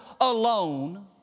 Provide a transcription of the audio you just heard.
alone